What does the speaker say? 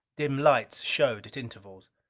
dim lights showed at intervals.